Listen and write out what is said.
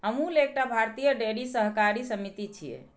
अमूल एकटा भारतीय डेयरी सहकारी समिति छियै